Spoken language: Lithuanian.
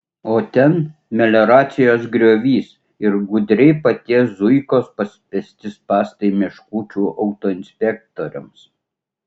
o ten melioracijos griovys ir gudriai paties zuikos paspęsti spąstai meškučių autoinspektoriams